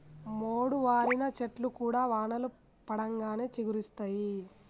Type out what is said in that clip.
మోడువారిన చెట్లు కూడా వానలు పడంగానే చిగురిస్తయి